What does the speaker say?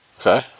Okay